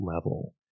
level